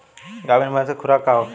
गाभिन भैंस के खुराक का होखे?